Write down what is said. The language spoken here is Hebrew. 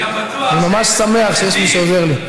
אני ממש שמח שיש מי שעוזר לי.